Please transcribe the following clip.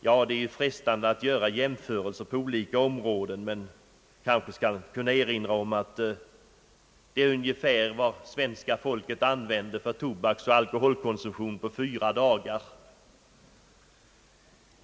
Ja, det är frestande att göra jämförelser på olika områden, men jag kanske kan erinra om att denna summa är ungefär vad svenska folket använder för tobaksoch alkoholkonsumtion för fyra dagar.